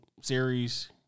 series